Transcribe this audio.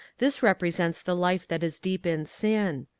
this represents the life that is deep in sin.